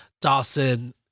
Dawson